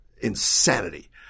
insanity